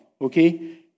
Okay